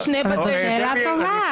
שאלה טובה.